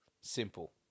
simple